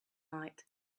night